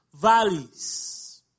valleys